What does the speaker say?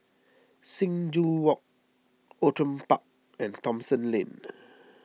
Sing Joo Walk Outram Park and Thomson Lane